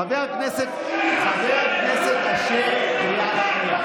חבר הכנסת אשר, קריאה שנייה.